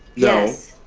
yes. no.